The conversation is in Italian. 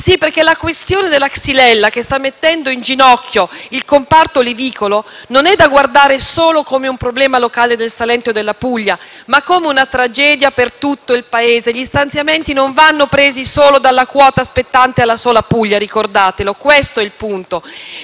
nocciolo. La questione della xylella, infatti, che sta mettendo in ginocchio il comparto olivicolo, non è da guardare solo come un problema locale del Salento e della Puglia, ma come una tragedia per tutto il Paese. Gli stanziamenti non vanno presi solo dalla quota spettante alla Puglia, ricordatelo, questo è il punto.